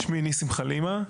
שמי ניסים חלימה.